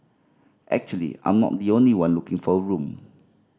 actually I'm not the only one looking for a room